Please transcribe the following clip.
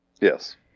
Yes